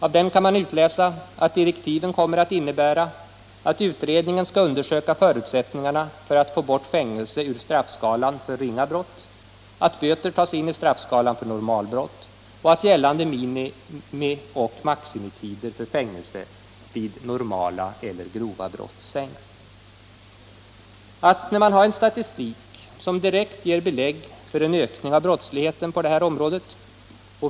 Av den kan man utläsa att direktiven kommer att innebära att utredningen skall undersöka förutsättningarna för att få bort fängelse ur straffskalan för ringa brott, att böter tas in i straffskalan för normalbrott och att gällande minimi och maximitider för fängelse vid normala eller grova fall sänks. Vi har en statistik som direkt ger belägg för en ökning av brottsligheten på det här området.